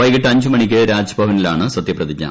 വൈകിട്ട് അഞ്ച് മണിക്ക് രാജ്ഭവനിലാണ് സത്യപ്രതിജ്ഞ